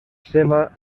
seva